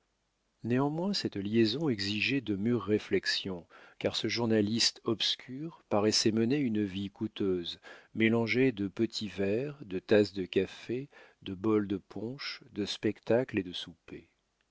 néanmoins cette liaison exigeait de mûres réflexions car ce journaliste obscur paraissait mener une vie coûteuse mélangée de petits verres de tasses de café de bols de punch de spectacles et de soupers